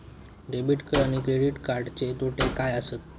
Debit आणि credit कार्डचे तोटे काय आसत तर?